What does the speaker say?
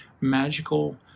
magical